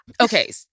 Okay